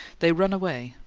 they run away,